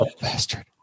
bastard